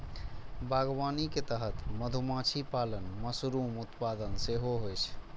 बागवानी के तहत मधुमाछी पालन, मशरूम उत्पादन सेहो होइ छै